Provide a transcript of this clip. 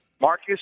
Marcus